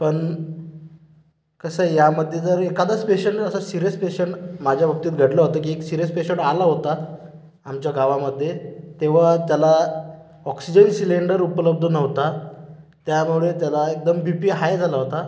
पण कसं आहे यामध्ये जर एखादाच पेशंट असा सीरियस पेशंट माझ्या बाबतीत घडलं होतं की एक सीरियस पेशंट आला होता आमच्या गावामध्ये तेव्हा त्याला ऑक्सिजन सिलेंडर उपलब्ध नव्हता त्यामुळे त्याला एकदम बी पी हाय झाला होता